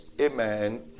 Amen